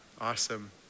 awesome